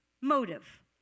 motive